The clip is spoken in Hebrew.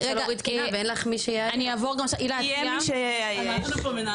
הילה סיימת?